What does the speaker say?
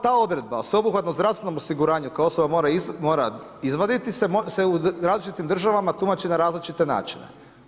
Ta odredba o sveobuhvatnom zdravstvenom osiguranju koje osoba mora izvaditi se u različitim državama tumači na različite načine.